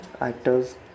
actors